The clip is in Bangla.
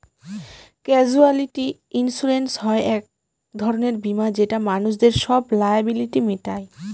ক্যাসুয়ালিটি ইন্সুরেন্স হয় এক ধরনের বীমা যেটা মানুষদের সব লায়াবিলিটি মিটায়